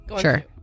sure